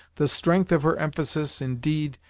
the strength of her emphasis, indeed,